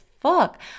fuck